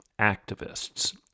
activists